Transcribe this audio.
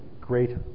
great